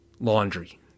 laundry